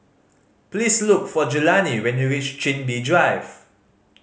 please look for Jelani when you reach Chin Bee Drive